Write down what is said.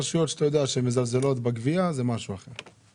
ואם זה רשויות שאתה יודע שהן מזלזלות בגבייה אז זה משהו אחר.